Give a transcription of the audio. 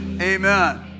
amen